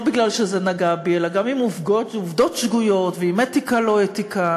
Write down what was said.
לא בגלל שזה נגע בי אלא גם עם עובדות שגויות ועם אתיקה לא-אתיקה.